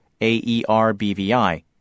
AERBVI